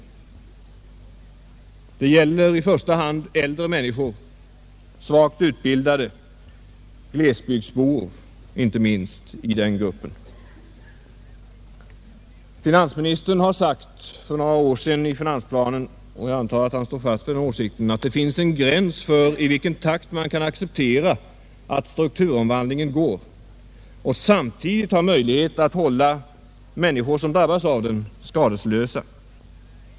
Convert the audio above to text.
I den gruppen återfinns i första hand äldre människor, svagt utbildade och glesbygdsbor. Finansministern sade för några år sedan i finansplanen — och jag antar att han håller fast vid den åsikten — att det finns en gräns för i vilken takt man kan acceptera att strukturomvandlingen går och samtidigt ha möjlighet att hålla människor som drabbas av den skadeslösa.